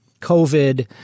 COVID